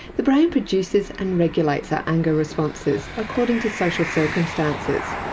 the brain produces and regulates our anger responses according to social circumstances.